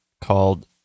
called